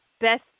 best